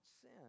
sin